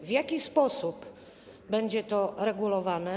W jaki sposób będzie to regulowane?